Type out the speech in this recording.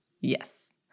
Yes